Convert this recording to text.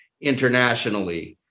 internationally